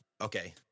okay